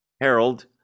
Harold